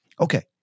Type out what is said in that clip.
Okay